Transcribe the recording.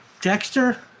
Dexter